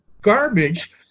garbage